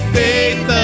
faith